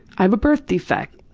i have a birth defect.